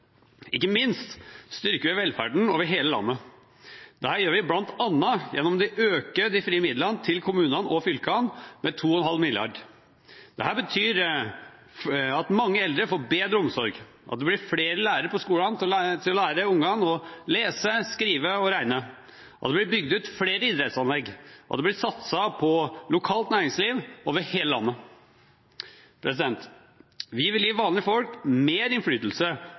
Ikke minst styrker vi velferden over hele landet. Dette gjør vi bl.a. gjennom å øke de frie midlene til kommunene og fylkene med 2,5 mrd. kr. Dette betyr at mange eldre får bedre omsorg, og at det blir flere lærere på skolene til å lære ungene å lese, skrive og regne, at det blir bygd ut flere idrettsanlegg, og at det blir satset på lokalt næringsliv over hele landet. Vi vil gi vanlige folk mer innflytelse